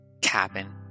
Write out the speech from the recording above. cabin